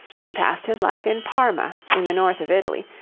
he passed his life in parma, in the north of italy,